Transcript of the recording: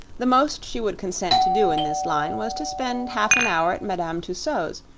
the most she would consent to do in this line was to spend half an hour at madame tussaud's,